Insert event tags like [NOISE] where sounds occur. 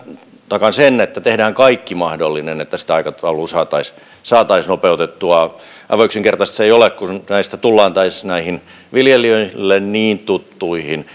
takaan sen että tehdään kaikki mahdollinen että sitä aikataulua saataisiin saataisiin nopeutettua aivan yksinkertaista se ei ole kun tullaan näihin viljelijöille niin tuttuihin [UNINTELLIGIBLE]